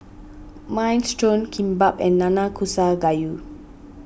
Minestrone Kimbap and Nanakusa Gayu